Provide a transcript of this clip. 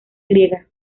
griega